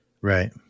Right